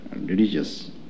religious